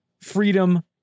freedom